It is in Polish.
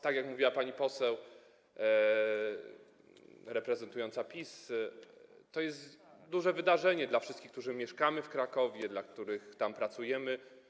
Tak jak mówiła pani poseł reprezentująca PiS, to jest duże wydarzenie dla wszystkich, którzy mieszkamy w Krakowie, którzy tam pracujemy.